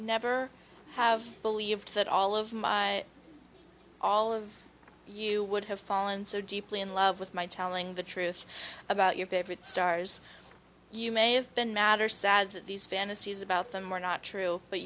never have believed that all of my all of you would have fallen so deeply in love with my telling the truth about your favorite stars you may have been matter sad to these fantasies about them were not true but